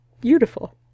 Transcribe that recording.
beautiful